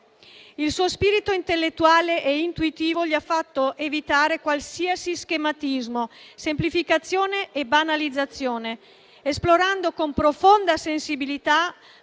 Il suo spirito intellettuale e intuitivo gli ha fatto evitare qualsiasi schematismo, semplificazione e banalizzazione, esplorando con profonda sensibilità